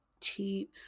cheap